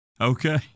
Okay